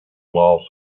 los